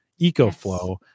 EcoFlow